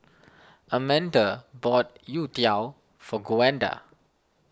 Amanda bought Youtiao for Gwenda